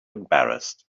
embarrassed